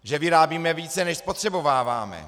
Že vyrábíme více, než spotřebováváme.